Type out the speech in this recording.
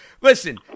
listen